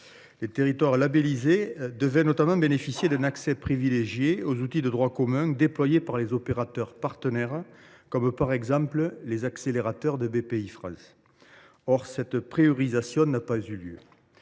Les territoires labellisés devaient notamment bénéficier d’un accès privilégié aux outils de droit commun déployés par les opérateurs partenaires, par exemple les accélérateurs de Bpifrance. Or cette priorisation n’a pas eu lieu.